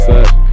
Fuck